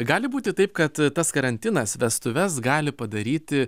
gali būti taip kad tas karantinas vestuves gali padaryti